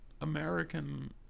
American